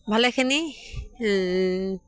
ভালেখিনি